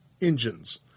engines